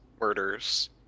murders